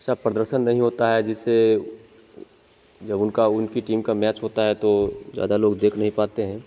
ऐसा प्रदर्शन नहीं होता है जिससे उ जब उनका उनकी टीम का मैच होता है तो ज्यादा लोग देख नहीं पाते हैं